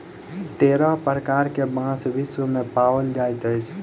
तेरह प्रकार के बांस विश्व मे पाओल जाइत अछि